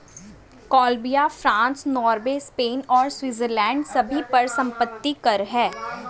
Colombia, France, Norway, Spain और Switzerland सभी पर संपत्ति कर हैं